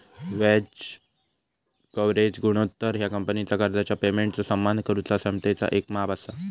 व्याज कव्हरेज गुणोत्तर ह्या कंपनीचा कर्जाच्या पेमेंटचो सन्मान करुचा क्षमतेचा येक माप असा